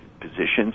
positions